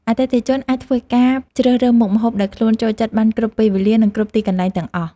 អតិថិជនអាចធ្វើការជ្រើសរើសមុខម្ហូបដែលខ្លួនចូលចិត្តបានគ្រប់ពេលវេលា និងគ្រប់ទីកន្លែងទាំងអស់។